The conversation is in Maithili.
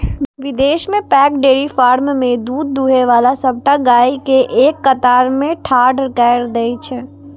विदेश मे पैघ डेयरी फार्म मे दूध दुहै बला सबटा गाय कें एक कतार मे ठाढ़ कैर दै छै